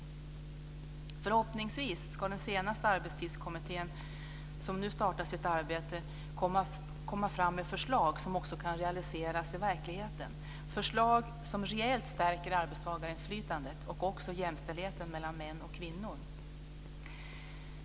Förhoppningsvis ska den senaste Arbetstidskommittén, som nu startar sitt arbete, komma fram till förslag som kan realiseras i verkligheten, förslag som reellt stärker arbetstagarinflytandet och också jämställdheten mellan män och kvinnor.